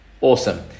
Awesome